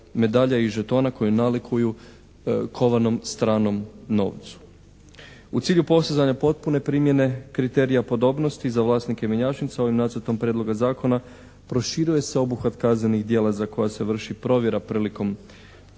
U cilju postizanja potpune primjene kriterija podobnosti za vlasnike mjenjačnice ovim nacrtom prijedloga zakona proširuje se obuhvat kaznenih djela za koje se vrši provjera prilikom